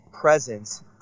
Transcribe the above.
presence